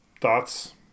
thoughts